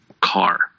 car